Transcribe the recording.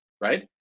right